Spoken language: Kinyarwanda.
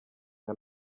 nka